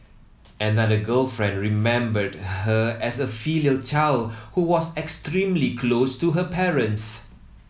another girlfriend remembered her as a filial child who was extremely close to her parents